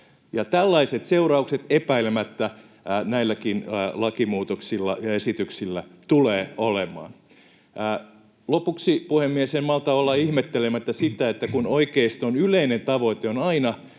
Tällaiset seuraukset epäilemättä näilläkin lakimuutoksilla ja esityksillä tulevat olemaan. Lopuksi, puhemies, en malta olla ihmettelemättä sitä, että kun oikeiston yleinen tavoite on aina